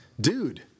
Dude